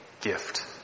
gift